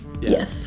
Yes